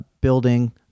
building